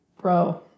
Bro